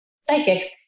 psychics